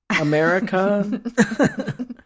America